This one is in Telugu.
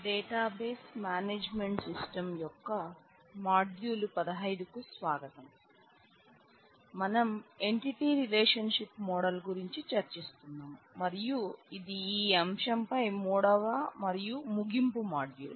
డేటాబేస్ మేనేజ్మెంట్ సిస్టమ్స్ గురించి చర్చిస్తున్నాము మరియు ఇది ఈ అంశంపై మూడవ మరియు ముగింపు మాడ్యూల్